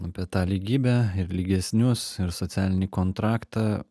apie tą lygybę ir lygesnius ir socialinį kontraktą